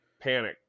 panic